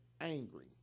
angry